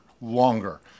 longer